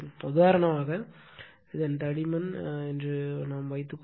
உதாரணமாக தடிமன் என்று வைத்துக்கொள்வோம்